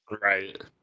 Right